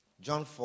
John